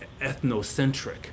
ethnocentric